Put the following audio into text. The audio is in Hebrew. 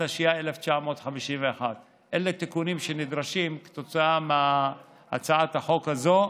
התשי"א 1951. אלה תיקונים שנדרשים כתוצאה מהצעת החוק הזאת,